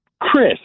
Chris